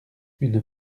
une